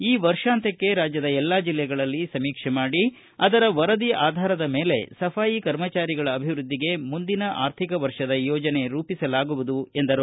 ಈ ವರ್ಷಾಂತ್ಯಕ್ಷೆ ರಾಜ್ಯದ ಎಲ್ಲಾ ಜಿಲ್ಲೆಗಳಲ್ಲಿ ಸಮೀಕ್ಷೆ ಮಾಡಿ ಅದರ ವರದಿ ಆಧಾರದ ಮೇಲೆ ಸಫಾಯಿ ಕರ್ಮಚಾರಿಗಳ ಅಭಿವೃದ್ದಿಗೆ ಮುಂದಿನ ಆರ್ಥಿಕ ವರ್ಷದ ಯೋಜನೆ ರೂಪಿಸಲಾಗುವುದು ಎಂದರು